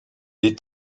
est